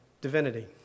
divinity